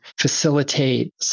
facilitate